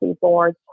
board